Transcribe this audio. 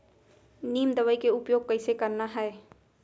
नीम दवई के उपयोग कइसे करना है?